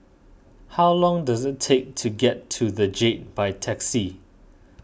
how long does it take to get to the Jade by taxi